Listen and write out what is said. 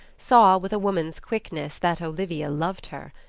saw with a woman's quickness that olivia loved her.